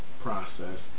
process